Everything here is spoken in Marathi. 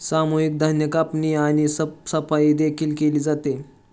सामूहिक धान्य कापणी आणि साफसफाई देखील केली जाते